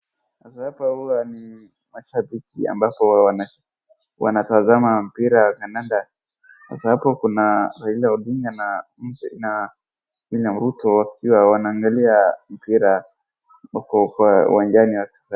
Sasa apa uwa ni mashabiki amampo wanatazama mpira kandanda, sasa hapa kuna Raila Odinga na Wiliam Ruto wakiwa wanaangalia mpira uko kwa uwanjani .